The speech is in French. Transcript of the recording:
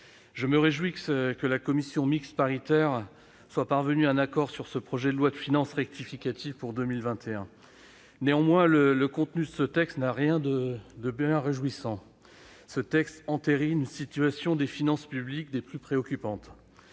je me réjouis que la commission mixte paritaire soit parvenue à un accord sur ce projet de loi de finances rectificative pour 2021. Néanmoins, le contenu de ce texte n'a rien de réjouissant. Il entérine en effet une situation des finances publiques des plus préoccupantes